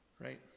Right